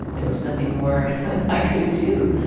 there was nothing more i could do.